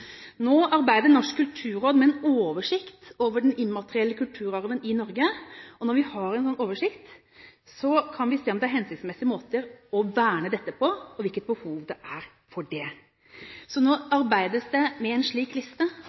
Nå arbeider Norsk kulturråd med en oversikt over den immaterielle kulturarven i Norge. Når vi har en sånn oversikt, kan vi se om det er hensiktsmessige måter å verne dette på, og hvilket behov det er for det. Nå arbeides det med en slik liste.